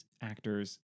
actors